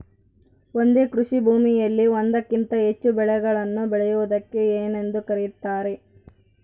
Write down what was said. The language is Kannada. ಒಂದೇ ಕೃಷಿಭೂಮಿಯಲ್ಲಿ ಒಂದಕ್ಕಿಂತ ಹೆಚ್ಚು ಬೆಳೆಗಳನ್ನು ಬೆಳೆಯುವುದಕ್ಕೆ ಏನೆಂದು ಕರೆಯುತ್ತಾರೆ?